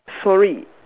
sorry